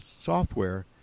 software